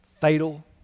fatal